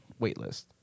Waitlist